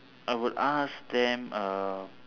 I would ask them uh